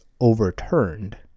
overturned